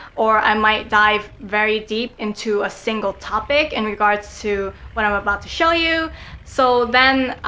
or, i might dive very deep into a single topic, in regards to what i'm about to show you so then